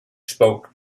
spoke